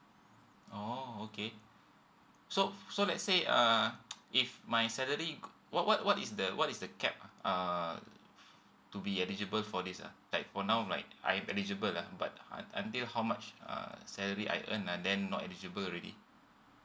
oh okay so so let say uh if my salary could what what what is the what is the cap uh to be eligible for this ah like for now like I'm eligible lah but un until how much uh salary I earn uh then not eligible already